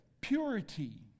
Purity